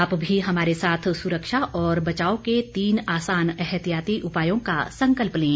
आप भी हमारे साथ सुरक्षा और बचाव के तीन आसान एहतियाती उपायों का संकल्प लें